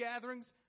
gatherings